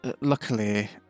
Luckily